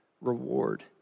reward